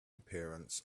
appearance